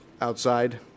outside